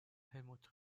helmut